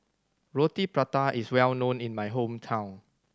Roti Prata is well known in my hometown